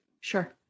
Sure